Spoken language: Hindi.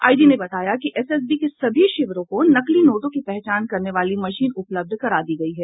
आईजी ने बताया कि एसएसबी के सभी शिविरों को नकली नोटों की पहचान करने वाली मशीन उपलब्ध करा दी गयी है